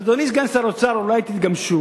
אדוני סגן שר האוצר, אולי תתגמשו,